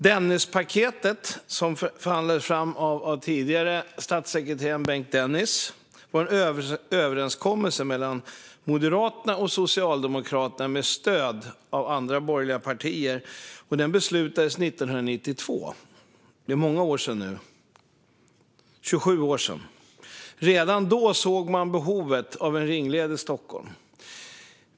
Dennispaketet, som förhandlades fram av tidigare statssekreteraren Bengt Dennis, var en överenskommelse mellan Moderaterna och Socialdemokraterna med stöd av andra borgerliga partier och beslutades 1992. Det är många år sedan nu - 27 år sedan. Redan då såg man behovet av en ringled i Stockholm.